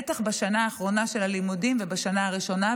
בטח בשנה האחרונה של הלימודים ובשנה הראשונה.